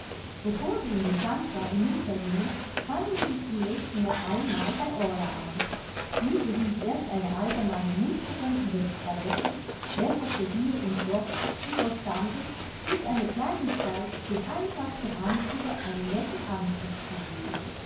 sie in den tanzsaal hinuntergingen fanden sich die mädchen noch einmal bei orla ein diese hielt erst eine allgemeine musterung über die toiletten besserte hier und dort und verstand es durch eine kleinigkeit dem einfachsten anzuge einen netten anstrich zu geben